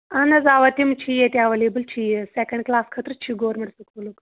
اَہَن حظ اَوا تِم چھِ ییٚتہِ اَیویلبٕل ٹھیٖک سیٚکَنٛڈ کٕلاس خٲطرٕ چھُ گورمیٚنٹ سکوٗلُک